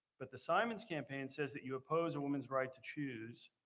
but the simonds campaign says that you oppose a woman's right to choose.